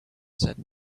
said